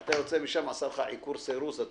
החלוק וכשאתה יוצא משם הוא כבר עשה לך עיקור או סירוס.